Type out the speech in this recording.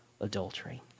adultery